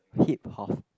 hip-hop